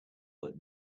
that